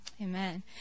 Amen